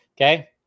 okay